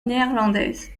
néerlandaise